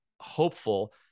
hopeful